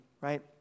right